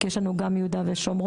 יש לנו גם מיהודה ושומרון,